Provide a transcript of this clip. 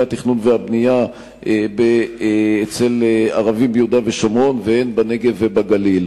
התכנון והבנייה אצל ערבים הן ביהודה ושומרון והן בנגב ובגליל.